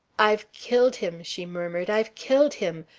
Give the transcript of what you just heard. i've killed him! she murmured. i've killed him!